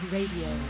Radio